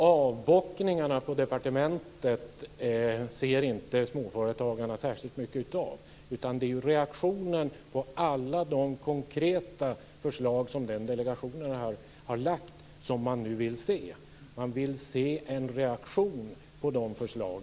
Herr talman! Småföretagarna ser inte särskilt mycket av avbockningarna på departementet. Man vill ju se reaktionen på alla de konkreta förslag som den delegationen nu har lagt fram.